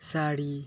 ᱥᱟᱹᱲᱤ